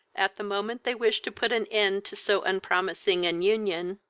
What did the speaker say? at the moment they wished to put an end to so unpromising an union,